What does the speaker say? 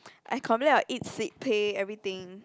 I complain about eat sweet cake everything